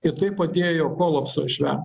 ir tai padėjo kolapso išvengt